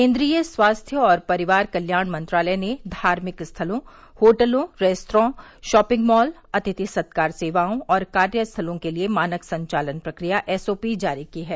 केंद्रीय स्वास्थ्य और परिवार कल्याण मंत्रालय ने धार्मिक स्थलों होटलों रेस्त्रां शॉपिंग मॉल आतिथ्य सत्कार सेवाओं और कार्यस्थलों के लिए मानक संचालन प्रक्रिया एसओपी जारी की है